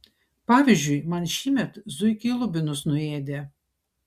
pavyzdžiui man šįmet zuikiai lubinus nuėdė